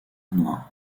noire